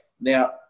Now